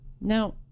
Now